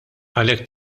għalhekk